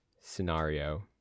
scenario